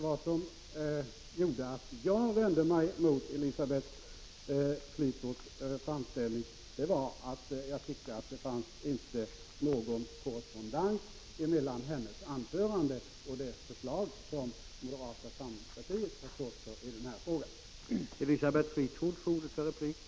Vad som gjorde att jag vände mig mot Elisabeth Fleetwoods framställning var att det inte fanns någon korrespondens mellan hennes anförande och det förslag som moderata samlingspartiet har stått för i den här frågan.